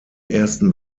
ersten